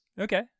Okay